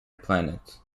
planets